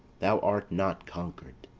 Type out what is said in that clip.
thou art not conquer'd.